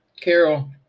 Carol